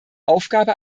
aufgabe